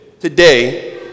today